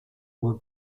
were